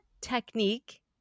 technique